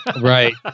Right